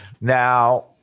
Now